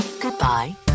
Goodbye